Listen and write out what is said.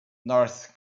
north